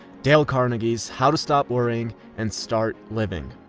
dale carnegie's how to stop worrying and start living.